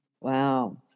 Wow